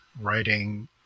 writing